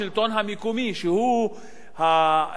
שהוא התפר,